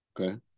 Okay